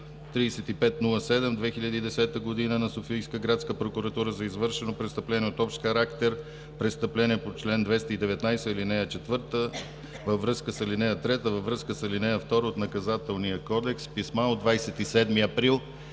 3507 от 2010 г. на Софийска градска прокуратура за извършено престъпление от общ характер, престъпление по чл. 219, ал. 4 във връзка с ал. 3, във връзка с ал. 2 от Наказателния кодекс. Писмата са от 27 април